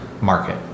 market